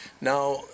Now